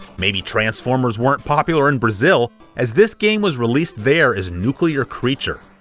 maybe transformers weren't popular in brazil, as this game was released there as nuclear creature.